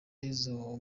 izo